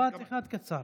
משפט אחד קצר.